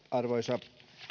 arvoisa